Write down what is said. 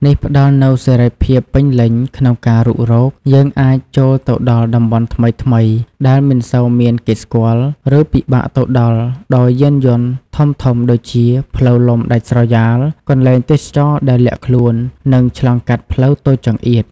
នេះផ្តល់នូវ សេរីភាពពេញលេញ ក្នុងការរុករ យើងអាចចូលទៅដល់ តំបន់ថ្មីៗ ដែលមិនសូវមានគេស្គាល់ ឬពិបាកទៅដល់ដោយយានយន្តធំៗ ដូចជា ផ្លូវលំដាច់ស្រយាល កន្លែងទេសចរណ៍ដែលលាក់ខ្លួន និងឆ្លងកាត់ផ្លូវតូចចង្អៀត។